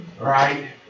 right